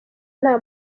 nta